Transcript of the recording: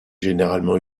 généralement